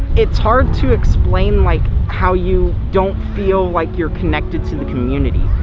it's hard to explain like how you don't feel like you're connected to the community.